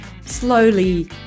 slowly